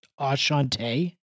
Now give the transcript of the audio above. Ashante